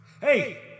Hey